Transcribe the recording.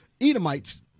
Edomites